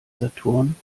saturn